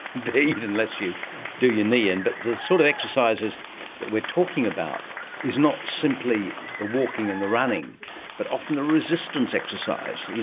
indeed, unless you do your knee in. but the sort of exercises that we are talking about is not simply the walking and the running but often the resistance exercise,